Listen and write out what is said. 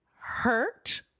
Hurt